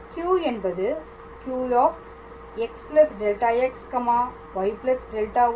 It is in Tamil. Q என்பது Qx δx